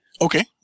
Okay